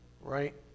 right